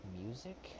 music